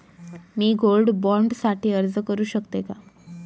मी gold bond साठी अर्ज करु शकते का?